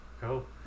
cool